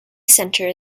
center